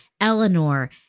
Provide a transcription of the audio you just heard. Eleanor